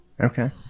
Okay